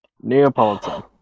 Neapolitan